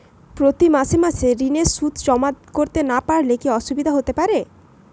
প্রতি মাসে মাসে ঋণের সুদ জমা করতে না পারলে কি অসুবিধা হতে পারে?